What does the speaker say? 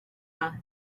and